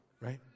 right